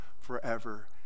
forever